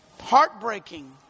heartbreaking